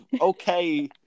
Okay